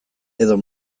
edo